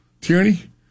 Tyranny